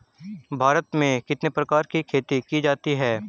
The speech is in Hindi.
भारत में कितने प्रकार की खेती की जाती हैं?